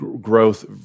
growth